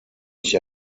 mich